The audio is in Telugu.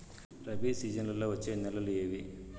రబి సీజన్లలో వచ్చే నెలలు ఏవి?